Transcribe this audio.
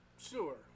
sure